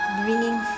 bringing